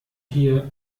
hier